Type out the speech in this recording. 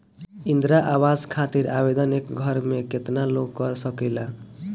इंद्रा आवास खातिर आवेदन एक घर से केतना लोग कर सकेला?